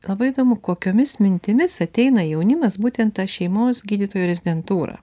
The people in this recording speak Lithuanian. labai įdomu kokiomis mintimis ateina jaunimas būtent tą šeimos gydytojo rezidentūrą